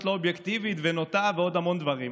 לא אובייקטיבית ונוטה ועוד המון דברים,